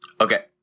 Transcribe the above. Okay